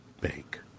Bank